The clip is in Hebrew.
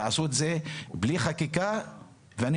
תעשו את זה בלי חקיקה ואני